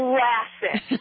Classic